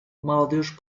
молодежь